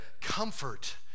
comfort